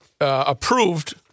approved